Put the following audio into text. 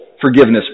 forgiveness